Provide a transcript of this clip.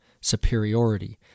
superiority